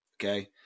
Okay